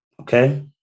okay